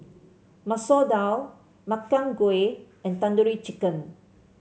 Masoor Dal Makchang Gui and Tandoori Chicken